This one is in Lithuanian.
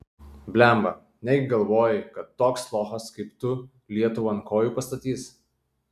blemba negi galvoji kad toks lochas kaip tu lietuvą ant kojų pastatys